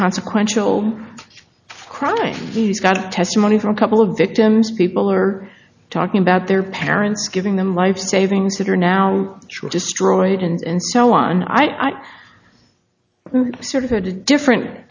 consequential crime he's got a testimony from a couple of victims people are talking about their parents giving them life savings that are now destroyed and so on i'm sort of that different